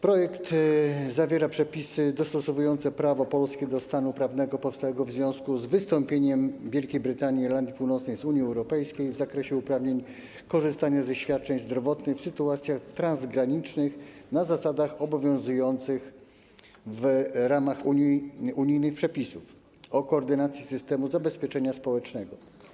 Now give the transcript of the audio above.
Projekt zawiera przepisy dostosowujące prawo polskie do stanu prawnego powstałego w związku z wystąpieniem Wielkiej Brytanii i Irlandii Północnej z Unii Europejskiej w zakresie uprawnień dotyczących korzystania ze świadczeń zdrowotnych w sytuacjach transgranicznych na zasadach obowiązujących w ramach unijnych przepisów o koordynacji systemu zabezpieczenia społecznego.